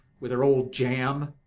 with her old jam!